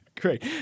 great